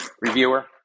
reviewer